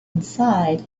inside